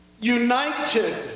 united